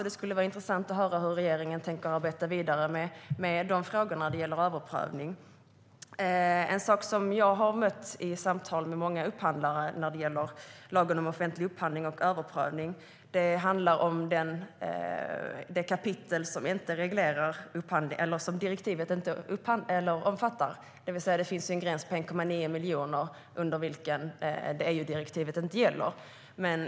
Det skulle vara intressant att höra hur regeringen tänker arbeta vidare med frågorna om överprövning. En sak som jag har mött i samtal med många upphandlare när det gäller lagen om offentlig upphandling och överprövning är det kapitel som direktivet inte omfattar. Det finns en gräns på 1,9 miljoner under vilken EU-direktivet inte gäller.